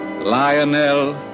Lionel